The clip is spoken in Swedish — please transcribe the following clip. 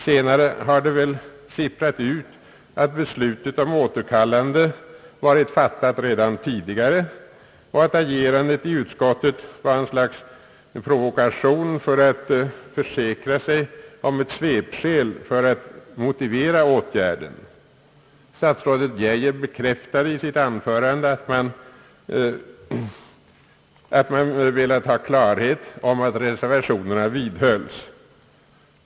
Senare har det väl sipprat ut att beslutet om återkallandet av propositionen i sak var fattat redan tidigare och att agerandet i utskottet var ett slags provokation för att försäkra sig om ett svepskäl för åtgärden. Statsrådet Geijer bekräftade i sitt anförande att man velat ha klarhet i att reservationerna vidhölls.